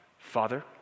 Father